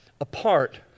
apart